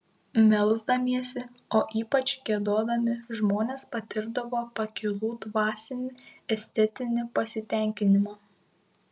melsdamiesi o ypač giedodami žmonės patirdavo pakilų dvasinį estetinį pasitenkinimą